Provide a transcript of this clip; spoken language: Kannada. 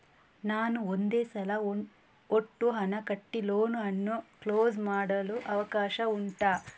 ನಾನು ಒಂದೇ ಸಲ ಒಟ್ಟು ಹಣ ಕಟ್ಟಿ ಲೋನ್ ಅನ್ನು ಕ್ಲೋಸ್ ಮಾಡಲು ಅವಕಾಶ ಉಂಟಾ